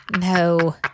No